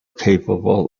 capable